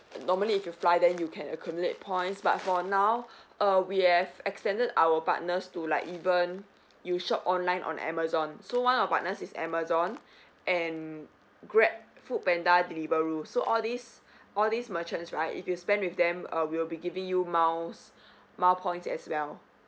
normally if you fly then you can accumulate points but for now uh we have extended our partners to like even you shop online on amazon so one of partners is amazon and grab foodpanda deliveroo so all these all these merchants right if you spend with them uh we'll be giving you miles mile points as well